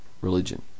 religion